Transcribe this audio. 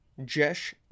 Jesh